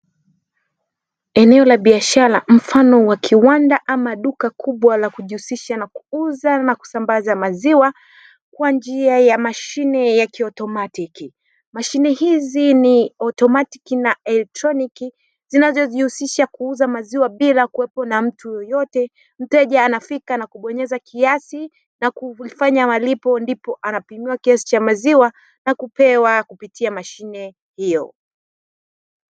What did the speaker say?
Eneo la biashara mfano wa kiwanda ama duka kubwa la kujihusisha na kuuza na kusambaza maziwa; kwa njia ya mashine ya kiautomatiki. Mashine hizi na automatiki na elektroniki zinazojihusisha kuuza maziwa bila kuwepo mtu yeyote, mteja anafika na kubonyeza kiasi na kufanya malipo ndipo anapimiwa kiasi cha maziwa na kupewa kupitia mashine hiyo.